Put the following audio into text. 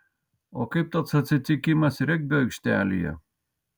o kaip tas atsitikimas regbio aikštelėje